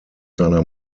seiner